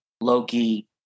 Loki